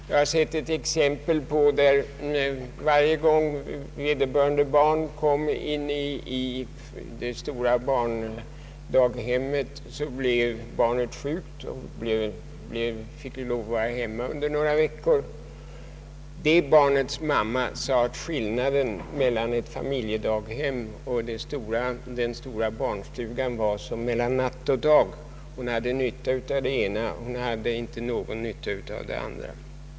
Jag har sett exempel på eti barn som varje gång det kommit in i det stora barndaghemmet har insjuknat och behövt vara hemma några veckor. Det barnets mamma sade att skillnaden mellan ett familjedaghem och den stora barnstugan var som mellan natt och dag. Hon hade nytta av det ena, men inte någon nytta av det andra.